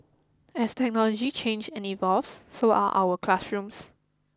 as technology change and evolves so are our classrooms